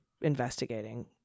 investigating